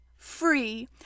free